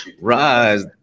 Rise